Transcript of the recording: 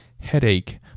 headache